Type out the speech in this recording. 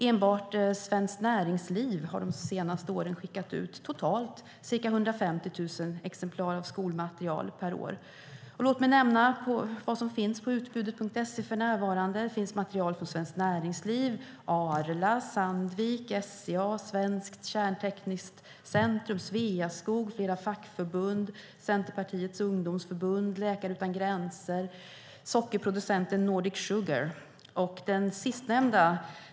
Enbart Svenskt Näringsliv har de senaste åren skickat ut totalt ca 150 000 exemplar av skolmaterial per år. Låt mig nämna vad som finns bland utbudet på Utbudet.se för närvarande. Där finns material från Svenskt Näringsliv, Arla, Sandvik, SCA, Svenskt Kärntekniskt Centrum, Sveaskog, flera fackförbund, Centerpartiets Ungdomsförbund, Läkare Utan Gränser och sockerproducenten Nordic Sugar.